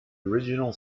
original